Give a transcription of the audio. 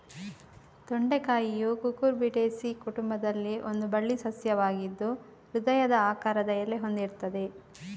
ತೊಂಡೆಕಾಯಿಯು Cucurbitaceae ಕುಟುಂಬದಲ್ಲಿ ಒಂದು ಬಳ್ಳಿ ಸಸ್ಯವಾಗಿದ್ದು ಹೃದಯದ ಆಕಾರದ ಎಲೆ ಹೊಂದಿರ್ತದೆ